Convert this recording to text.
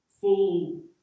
full